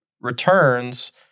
returns